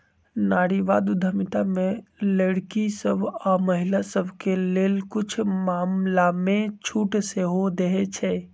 नारीवाद उद्यमिता में लइरकि सभ आऽ महिला सभके लेल कुछ मामलामें छूट सेहो देँइ छै